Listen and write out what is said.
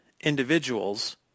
individuals